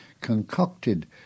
concocted